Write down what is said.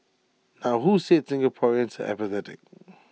now who said Singaporeans are apathetic